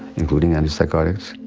including antipsychotics,